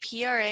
PRA